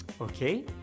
Okay